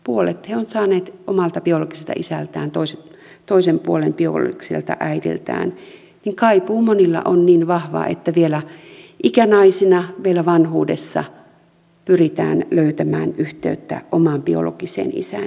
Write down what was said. puolet he ovat saaneet omalta biologiselta isältään ja toisen puolen biologiselta äidiltään kaipuu on monilla niin vahvaa että vielä ikänaisina vielä vanhuudessa pyritään löytämään yhteyttä omaan biologiseen isään ja äitiin